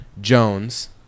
Jones